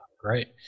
Great